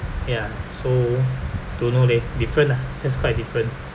ya so don't know leh different ah that's quite different